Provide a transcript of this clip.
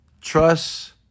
Trust